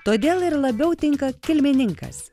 todėl ir labiau tinka kilmininkas